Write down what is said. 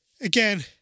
again